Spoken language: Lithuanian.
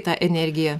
tą energiją